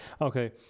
Okay